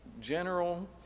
general